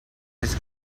his